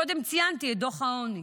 קודם ציינתי את דוח העוני